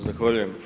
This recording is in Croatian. Zahvaljujem.